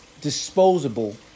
disposable